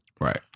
right